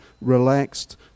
relaxed